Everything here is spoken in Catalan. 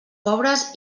pobres